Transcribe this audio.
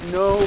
no